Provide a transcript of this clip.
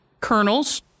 kernels